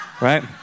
Right